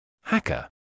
Hacker